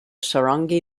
sarangi